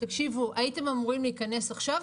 תקשיבו הייתם אמורים להיכנס עכשיו,